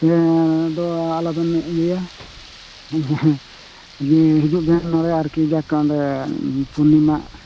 ᱮᱸ ᱫᱚ ᱟᱞᱚ ᱵᱮᱱ ᱤᱭᱟᱹᱭᱟ ᱦᱤᱡᱩᱜ ᱵᱮᱱ ᱱᱚᱸᱰᱮ ᱟᱨ ᱠᱤ ᱡᱟᱠ ᱱᱚᱰᱮ ᱯᱩᱨᱱᱤᱢᱟ